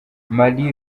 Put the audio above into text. marie